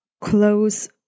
close